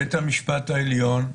בית המשפט העליון,